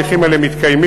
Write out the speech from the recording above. ההליכים האלה מתקיימים,